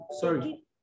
sorry